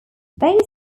they